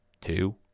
two